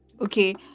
okay